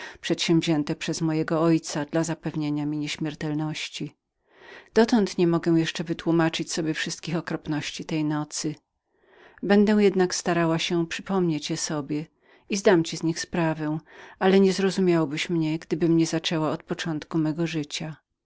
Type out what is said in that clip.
się równie jak ty ofiarą tych przeklętych upiorów dotąd nie mogę jeszcze wytłumaczyć sobie wszystkich okropności tej nocy będę jednak starała się przypomnieć je i zdam ci z nich sprawę ale niezrozumiałbyś mnie gdybym nie zaczęła od początku mego życia